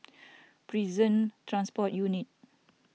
Prison Transport Unit